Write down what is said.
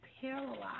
paralyzed